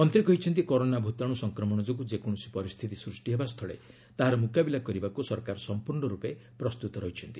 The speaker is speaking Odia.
ମନ୍ତ୍ରୀ କହିଛନ୍ତି କରୋନା ଭୂତାଣୁ ସଂକ୍ରମଣ ଯୋଗୁଁ ଯେକୌଣସି ପରିସ୍ଥିତି ସୃଷ୍ଟି ହେବା ସ୍ଥଳେ ତାହାର ମୁକାବିଲା କରିବାକୁ ସରକାର ସମ୍ପର୍ଷ୍ଣ ପ୍ରସ୍ତୁତ ଅଛନ୍ତି